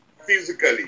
physically